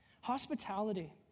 Hospitality